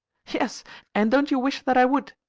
yes and don't you wish that i would?